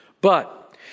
But